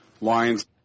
lines